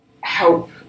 help